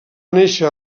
néixer